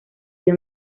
dio